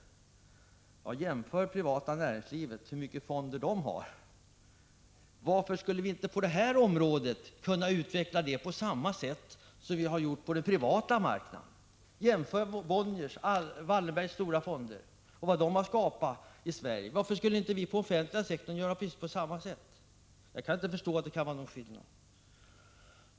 Jämför med privata näringslivet och se hur mycket fonder man har där! Varför skulle vi inte på det statliga området kunna utveckla detta på samma sätt som man gjort på den privata marknaden? Jämför med Bonniers och Wallenbergs stora fonder och vad de har skapat i Sverige! Varför skulle vi inte kunna göra på precis samma sätt inom den offentliga sektorn? Jag kan inte förstå att det kan vara någon skillnad.